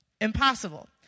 Impossible